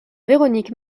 véronique